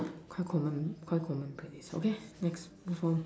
quite common quite common place okay next move on